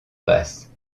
basse